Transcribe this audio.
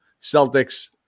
Celtics